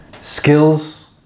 skills